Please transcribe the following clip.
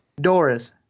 Doris